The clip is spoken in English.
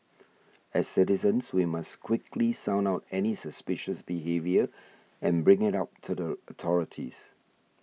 as citizens we must quickly sound out any suspicious behaviour and bring it up to the authorities